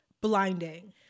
blinding